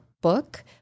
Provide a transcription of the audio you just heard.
book